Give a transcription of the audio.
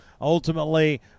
ultimately